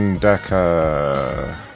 Decker